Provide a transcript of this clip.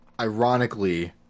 ironically